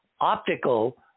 optical